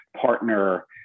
partner